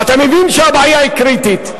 ואתה מבין שהבעיה היא קריטית.